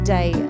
Day